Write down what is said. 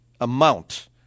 amount